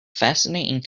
fascinating